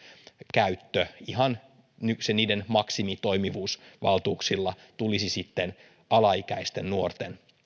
käyttö ihan niiden maksimitoimivuusvaltuuksilla tulisi sitten alaikäisten nuorten